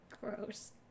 Gross